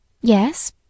Yes